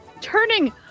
turning